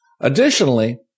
Additionally